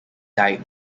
died